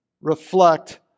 reflect